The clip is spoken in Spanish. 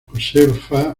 josefa